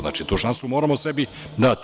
Znači, tu šansu moramo sebi dati.